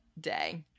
day